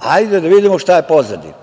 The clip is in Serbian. Hajde da vidimo šta je pozadina.